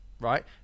right